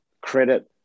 credit